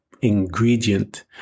ingredient